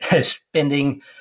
spending